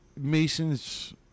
Masons